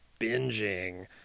binging